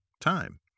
time